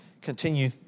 continue